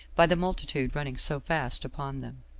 by the multitude running so fast upon them.